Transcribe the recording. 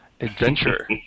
Adventure